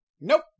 Nope